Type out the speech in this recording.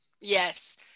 Yes